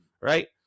right